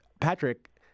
Patrick